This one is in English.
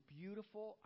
beautiful